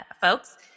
folks